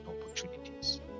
opportunities